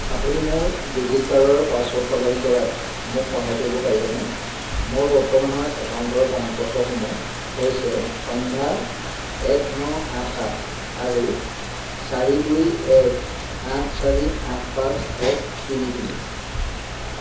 আপুনি মোৰ ডিজিল'কাৰৰ পাছৱৰ্ড সলনি কৰাত মোক সহায় কৰিব পাৰিবনে মোৰ বৰ্তমানৰ একাউণ্টৰ প্ৰমাণপত্ৰসমূহ হৈছে সন্ধ্যা এক ন আঠ সাত আৰু চাৰি দুই এক আঠ চাৰি আঠ পাঁচ এক তিনি তিনি